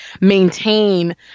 maintain